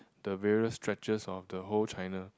the various stretches of the whole China